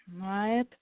Right